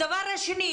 הדבר השני,